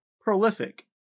Prolific